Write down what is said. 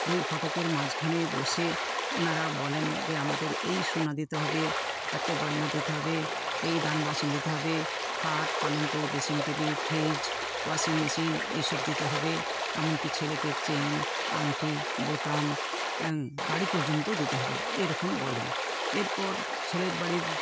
দুই ঘটকের মাঝখানে বসে ওনারা বলেন যে আমাদের এই সোনা দিতে হবে এত গয়না দিতে হবে এই দান বাসন দিতে হবে খাট পালঙ্ক dressing table fridge washing machine এই সব দিতে হবে এমনকি ছেলেকে চেন আংটি বোতাম গাড়ি পর্যন্ত দিতে হবে এরকম বলেন এরপর ছেলের বাড়ির